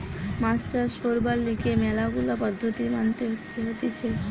মাছ চাষ করবার লিগে ম্যালা গুলা পদ্ধতি মানতে হতিছে